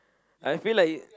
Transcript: I feel like